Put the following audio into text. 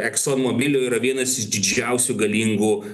eksomobilių yra vienas iš didžiausių galingų